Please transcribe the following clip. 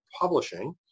Publishing